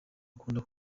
akunda